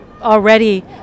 already